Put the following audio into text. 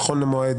נכון למועד